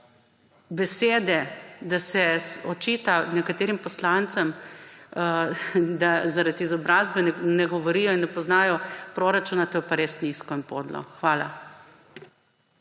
besede, da se očita nekaterim poslancem, da zaradi izobrazbe ne govorijo in ne poznajo proračuna, to je pa res nizko in podlo. Hvala.